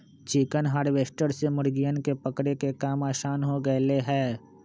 chicken harvester से मुर्गियन के पकड़े के काम आसान हो गैले है